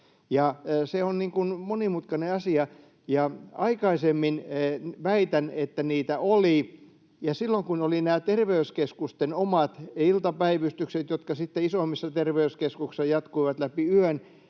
Se on monimutkainen asia. Väitän, että aikaisemmin niitä oli. Silloin kun oli nämä terveyskeskusten omat iltapäivystykset, jotka sitten isommissa terveyskeskuksissa jatkuivat läpi yön,